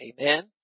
Amen